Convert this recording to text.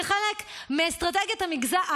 כחלק מאסטרטגיית המשרד,